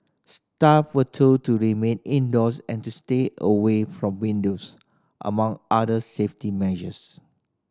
staff were told to remain indoors and to stay away from windows among other safety measures